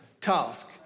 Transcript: task